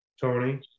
Tony